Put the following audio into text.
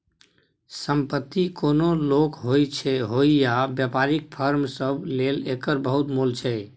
संपत्ति कोनो लोक होइ या बेपारीक फर्म सब लेल एकर बहुत मोल छै